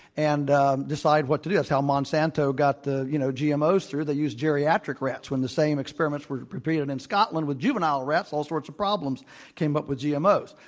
and decide what to do. that's how monsanto got the, you know, gmos through. they used geriatric rats. when the same experiments were repeated and in scotland with juvenile rats, all sorts of problems came up with gmos.